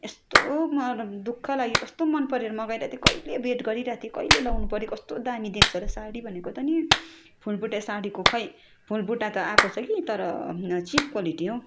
यस्तो मर दु ख लाग्यो कस्तो मन परेर मगाइरहेको थिएँ कहिले वेट गरिरहेको थिएँ कहिले लाउनुपऱ्यो कस्तो दामी देख्छ होला साडी भनेको त नि फुलबुट्टे साडीको खोइ फुलबुटा त आएको छ कि तर चिप क्वलिटी हौ